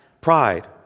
pride